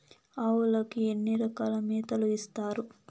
ఆవులకి ఎన్ని రకాల మేతలు ఇస్తారు?